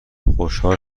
خوشحال